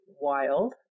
Wild